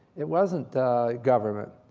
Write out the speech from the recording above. it wasn't government.